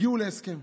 הגיעו להסכם.